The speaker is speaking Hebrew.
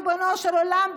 ריבונו של עולם,